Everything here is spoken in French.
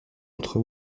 entre